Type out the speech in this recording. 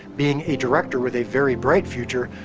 being a director with a very bright future,